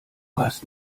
hast